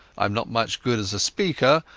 aiam not much good as a speaker,